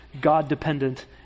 God-dependent